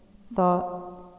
thought